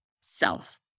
self